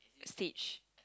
stage